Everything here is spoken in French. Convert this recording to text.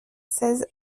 seize